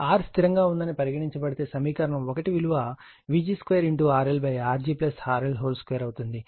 RL స్థిరంగా ఉందని పరిగణించబడతే సమీకరణం 1 విలువ Vg2RLRg RL2 అవుతుంది